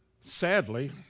sadly